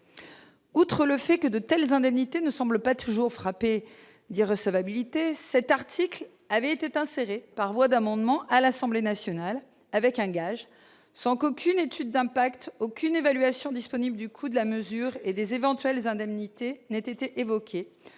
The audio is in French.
outre le fait que de telles indemnités ne semble pas toujours frappé du recevabilité cet article avait était inséré par voie d'amendements à l'Assemblée nationale avec un gage sans qu'aucune étude d'impact, aucune évaluation disponible du coût de la mesure et des éventuelles indemnités n'été évoqués